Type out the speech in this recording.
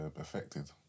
affected